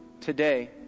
today